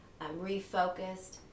refocused